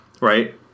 Right